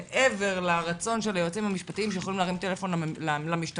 מעבר לרצון של היועצים המשפטיים שיכולים להרים טלפון למשטרה,